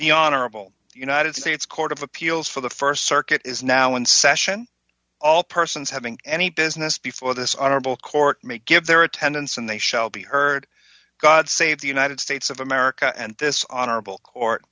the honorable united states court of appeals for the st circuit is now in session all persons having anything as nest before this honorable court make it their attendance and they shall be heard god save the united states of america and this honorable court